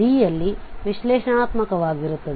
ಯಲ್ಲಿ ವಿಶ್ಲೇಷಣಾತ್ಮಕವಾಗಿರುತ್ತದೆ